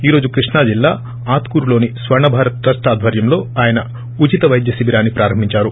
ఈ రోజు కృష్ణా జిల్లా ఆత్కూరు లోని స్వర్ణ భారత్ ట్రస్ట్ ఆధ్వర్యంలో ఆయన ఉచిత వైద్య శిబిరాన్ని ప్రారంభించారు